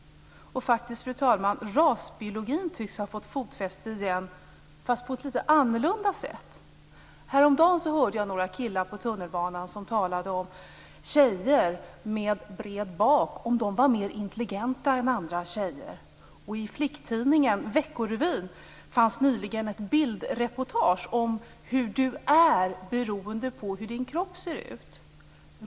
Fru talman! Rasbiologin tycks också ha fått fotfäste igen, fast på ett litet annorlunda sätt. Häromdagen hörde jag några killar på tunnelbanan som talade om ifall tjejer med bred bak var mer intelligenta än andra tjejer. I flicktidningen Vecko Revyn fanns nyligen ett bildreportage om hur man är beroende på hur ens kropp ser ut.